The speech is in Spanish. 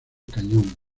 cañón